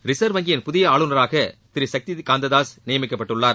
reserve வங்கியின் புதிய ஆளுநராக திரு சக்திகாந்ததாஸ் நியமிக்கப்பட்டுள்ளார்